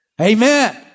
Amen